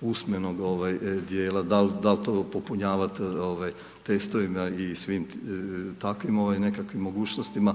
usmenog dijela, da li to popunjavati testovima i svim takvim nekakvim mogućnostima.